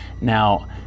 Now